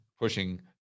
pushing